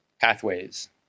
pathways